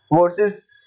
versus